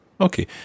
Okay